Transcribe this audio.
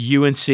UNC